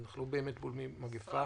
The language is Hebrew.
ואנחנו לא באמת בולמים מגיפה.